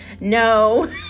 No